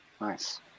Nice